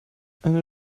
eine